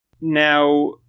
Now